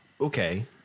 Okay